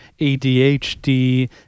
ADHD